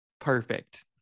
perfect